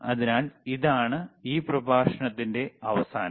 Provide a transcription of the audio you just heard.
അതിനാൽ ഇതാണ് ഈ പ്രഭാഷണത്തിന്റെ അവസാനം